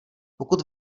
pokud